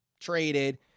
traded